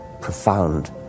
profound